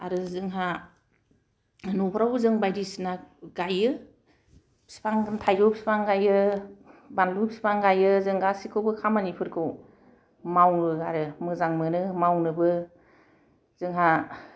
आरो जोंहा न'खरावबो जों बायदिसिना गायो बिफां थाइजौ बिफां गायो बानलु बिफां गायो जों गासिखौबो खामानिफोरखौ मावो आरो मोजां मोनो मावनोबो जोंहा